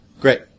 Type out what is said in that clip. Great